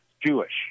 Jewish